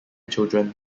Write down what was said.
children